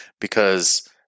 because-